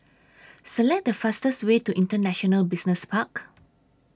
Select The fastest Way to International Business Park